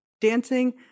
dancing